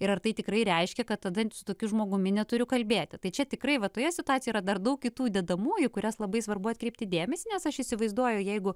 ir ar tai tikrai reiškia kad tada su tokiu žmogumi neturiu kalbėti tai čia tikrai va toje situacijoje yra dar daug kitų dedamųjų į kurias labai svarbu atkreipti dėmesį nes aš įsivaizduoju jeigu